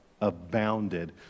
abounded